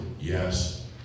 yes